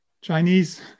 Chinese